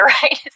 right